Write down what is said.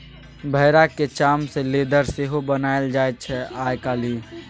भेराक चाम सँ लेदर सेहो बनाएल जाइ छै आइ काल्हि